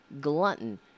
glutton